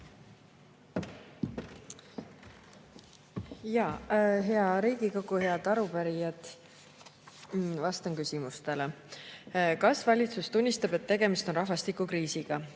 Hea Riigikogu! Head arupärijad! Vastan küsimustele. "Kas valitsus tunnistab, et tegemist on rahvastikukriisiga?"